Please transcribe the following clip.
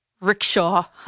rickshaw